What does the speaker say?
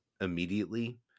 immediately